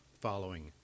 following